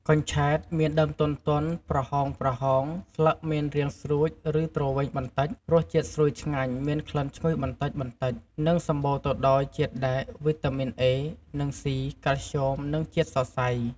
កញ្ឆែតមានដើមទន់ៗ ប្រហោងៗ ស្លឹកមានរាងស្រួច ឬទ្រវែងបន្តិច រសជាតិស្រួយឆ្ងាញ់ មានក្លិនឈ្ងុយបន្តិចៗ និងសម្បូរទៅដោយជាតិដែក វីតាមីនអេ និងស៉ី កាល់ស្យូម និងជាតិសរសៃ។